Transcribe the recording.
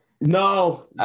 No